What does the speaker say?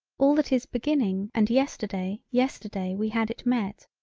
all that is beginning and yesterday yesterday we had it met.